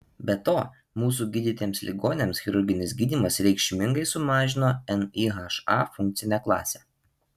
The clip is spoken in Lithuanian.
be to mūsų gydytiems ligoniams chirurginis gydymas reikšmingai sumažino nyha funkcinę klasę